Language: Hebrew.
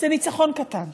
זה ניצחון קטן.